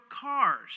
cars